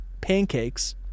pancakes